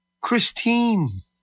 Christine